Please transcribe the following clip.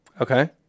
okay